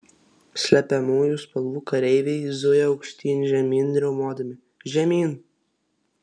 slepiamųjų spalvų kareiviai zuja aukštyn žemyn riaumodami žemyn